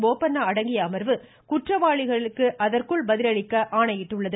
போபண்ணா அடங்கிய அமர்வு குற்றவாளிகள் அதற்குள் பதிலளிக்க ஆணையிட்டுள்ளது